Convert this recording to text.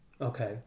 Okay